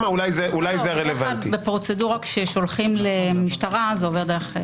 בפרוצדורה כששולחים למשטרה זה עובר דרך-